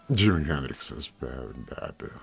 džimi henriksas be be abejo